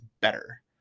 better